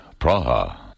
Praha